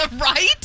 Right